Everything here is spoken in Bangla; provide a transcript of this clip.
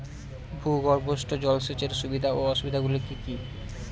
ভূগর্ভস্থ জল সেচের সুবিধা ও অসুবিধা গুলি কি কি?